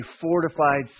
fortified